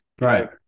Right